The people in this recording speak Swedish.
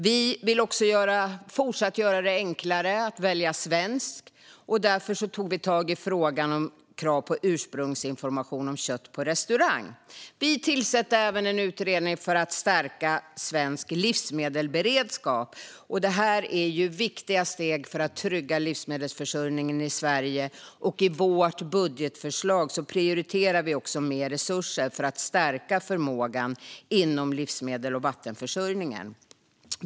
Vi vill också fortsätta göra det enklare att välja svenskt. Vi tog därför tag i frågan om krav på ursprungsinformation om kött på restaurang. Vi tillsatte även en utredning för att stärka svensk livsmedelsberedskap. Det är viktiga steg för att trygga livsmedelsförsörjningen i Sverige. I vårt budgetförslag prioriterar vi mer resurser för att stärka förmågan inom livsmedels och vattenförsörjningen. Herr talman!